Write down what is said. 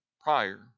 prior